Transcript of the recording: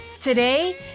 Today